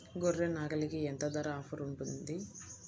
గొర్రె, నాగలికి ఎంత ధర ఆఫర్ ఉంది?